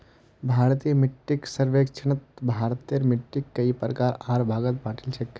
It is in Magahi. भारतीय मिट्टीक सर्वेक्षणत भारतेर मिट्टिक कई प्रकार आर भागत बांटील छे